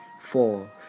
Four